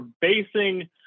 basing